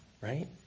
Right